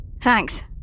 Thanks